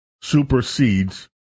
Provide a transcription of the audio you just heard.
supersedes